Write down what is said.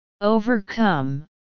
Overcome